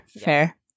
fair